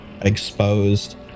exposed